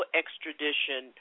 extradition